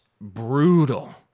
brutal